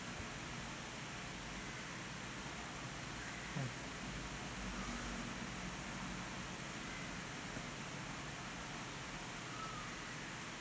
mm